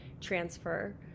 transfer